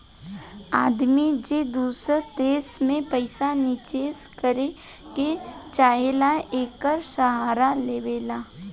आदमी जे दूसर देश मे पइसा निचेस करे के चाहेला, एकर सहारा लेवला